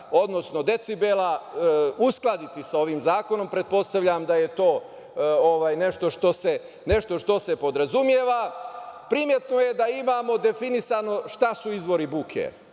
odnosno decibela uskladiti sa ovim zakonom, pretpostavljam da je to nešto što se podrazumeva. Primetno je da imamo definisano šta su izbori buke,